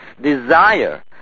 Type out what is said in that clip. desire